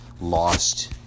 Lost